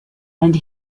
and